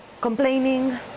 complaining